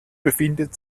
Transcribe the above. befindet